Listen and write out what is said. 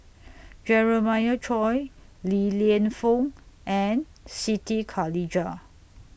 Jeremiah Choy Li Lienfung and Siti Khalijah